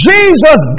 Jesus